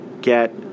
get